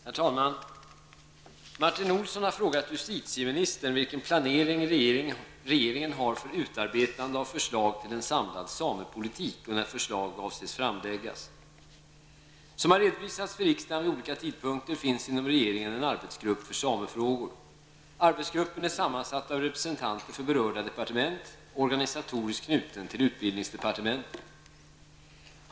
Herr talman! Martin Olsson har frågat justitieministern vilken planering regeringen har för utarbetande av förslag till en samlad samepolitik och när förslag avses framläggas. Som har redovisats för riksdagen vid olika tidpunkter finns inom regeringen en arbetsgrupp för samefrågor. Arbetsgruppen är sammansatt av representanter för berörda departement och organisatoriskt knuten till utbildningsdepartementet.